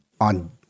on